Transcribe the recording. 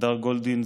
הדר גולדין,